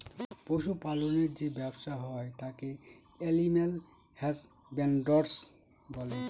পশু পালনের যে ব্যবসা হয় তাকে এলিম্যাল হাসব্যানডরই বলে